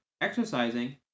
exercising